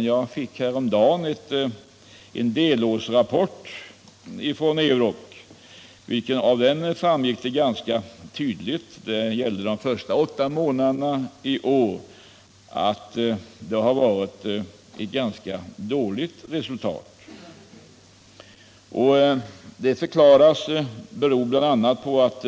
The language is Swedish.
Jag fick häromdagen en delårsrapport från Euroc, men jag vet förstås inte om också herr Claeson har fått den. Den gällde de första åtta månaderna i år, och av den framgick det tydligt att resultatet varit synnerligen dåligt. Detta förklaras bl.a. bero på att